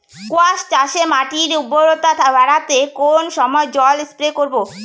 কোয়াস চাষে মাটির উর্বরতা বাড়াতে কোন সময় জল স্প্রে করব?